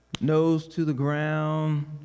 nose-to-the-ground